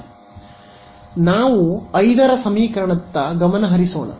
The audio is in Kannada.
ಆದ್ದರಿಂದ ಈಗ ನಾವು 5 ರ ಸಮೀಕರಣದತ್ತ ಗಮನ ಹರಿಸೋಣ